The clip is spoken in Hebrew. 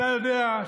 אתה יודע,